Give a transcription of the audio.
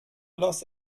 los